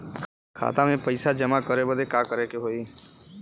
खाता मे पैसा जमा करे बदे का करे के होई?